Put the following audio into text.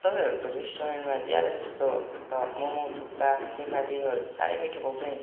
तपाईँहरूको रेस्टुरेन्टमा ज्यादा जस्तो त मोमो थुक्पा सेफालीहरू साह्रै मिठो पाउँछ नि